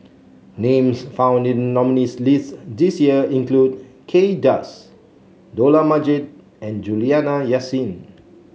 names found in nominees' list this year include Kay Das Dollah Majid and Juliana Yasin